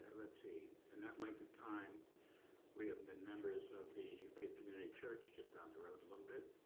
let's see, in that length of time we have been members of the faith community church just down the road a little bit,